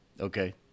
Okay